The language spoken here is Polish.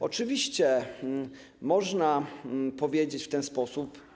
Oczywiście można powiedzieć w ten sposób.